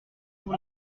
pour